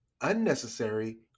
unnecessary